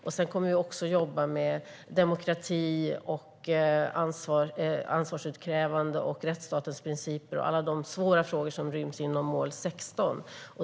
Vi kommer också att jobba med demokrati, ansvarsutkrävande, rättsstatens principer och alla de svåra frågor som ryms inom mål 16.